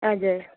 हजुर